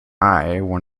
one